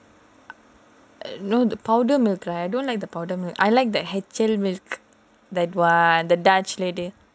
no the powder milk I don't like the powder and I like the H_L milk that [one] the dutch lady